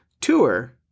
tour